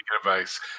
advice